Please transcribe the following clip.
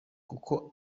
kuko